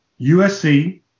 USC